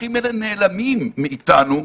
השטחים האלה נעלמים מאיתנו,